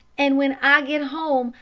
an' when ah get home,